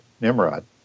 Nimrod